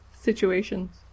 situations